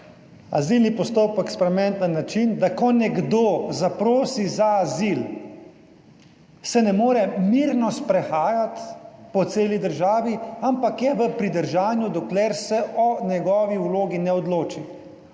azilni postopek spremeniti na način, da ko nekdo zaprosi za azil, se ne more mirno sprehajati po celi državi, ampak je v pridržanju, dokler se o njegovi vlogi ne odloči.